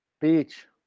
Beach